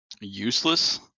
Useless